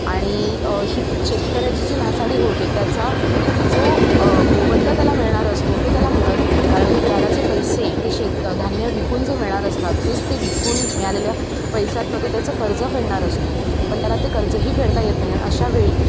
आणि ही शेतकऱ्याची जी नासाडी होते त्याचा जो मोबदला त्याला मिळणार असतो तो त्याला मिळत नाही कारण की त्याला जे पैसे ते शेत धान्य विकून जे मिळणार असतात तेच ते विकून मिळालेल्या पैशातून तो त्याचा कर्ज फेडणार असतो पण त्याला ते कर्जही फेडता येत नाही आणि अशावेळी